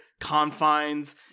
confines